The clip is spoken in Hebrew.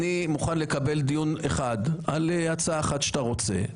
אני מוכן לקבל דיון אחד על הצעה אחת שאתה רוצה.